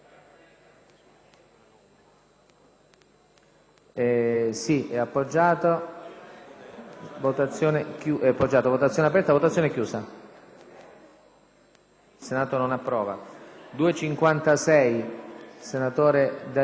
**Il Senato non approva.**